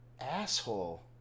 asshole